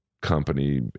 company